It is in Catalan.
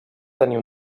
tenir